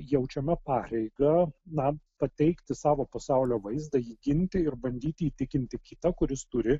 jaučiame pareigą pateikti savo pasaulio vaizdą jį ginti ir bandyti įtikinti kitą kuris turi